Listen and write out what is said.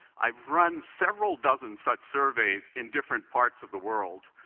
i've run several dozen such surveys in different parts of the world,